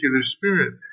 spirit